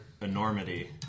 enormity